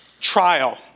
trial